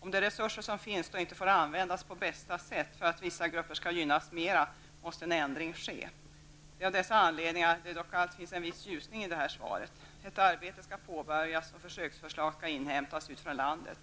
Om de resurser som finns inte får användas på bästa sätt på grund av att vissa grupper skall gynnas mera måste en ändring ske. Det är av dessa anledningar det dock finns en viss ljusning i detta svar. Ett arbete skall påbörjas, och försöksförslag skall inhämtas utifrån landet.